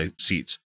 seats